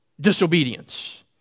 disobedience